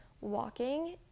walking